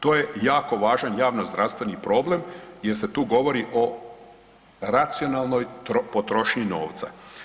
To je jako važan javnozdravstveni problem jer se tu govori o racionalnoj potrošnji novca.